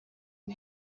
and